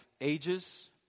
ages